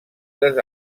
les